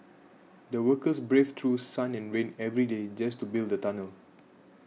the workers braved through sun and rain every day just to build the tunnel